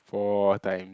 four times